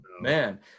man